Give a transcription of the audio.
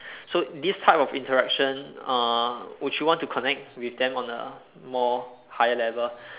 so this type of interaction uh would you want to connect with them on a more higher level